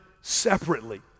separately